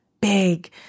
big